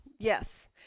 Yes